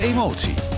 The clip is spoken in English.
Emotie